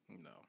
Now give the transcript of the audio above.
No